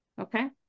Okay